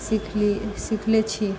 सीखली सिखले छी